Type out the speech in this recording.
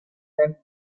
and